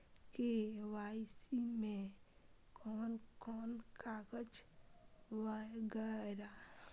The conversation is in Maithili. के.वाई.सी में कोन कोन कागज वगैरा?